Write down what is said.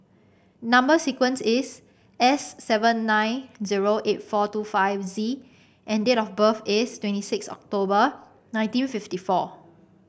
number sequence is S seven nine zero eight four two five Z and date of birth is twenty six October nineteen fifty four